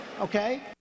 Okay